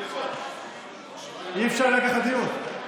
אי-אפשר לנהל כך דיון.